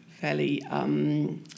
Fairly